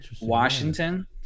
Washington